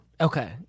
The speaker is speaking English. Okay